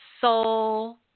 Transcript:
soul